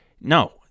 no